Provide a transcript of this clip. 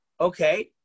Okay